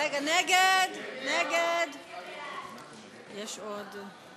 סעיפים 48 53 נתקבלו.